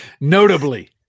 Notably